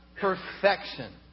perfection